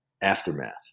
aftermath